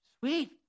Sweet